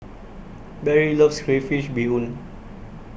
Barry loves Crayfish Beehoon